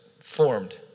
formed